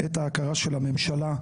את ההכרה של הממשלה,